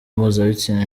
mpuzabitsina